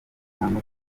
cyangwa